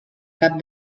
cap